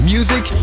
Music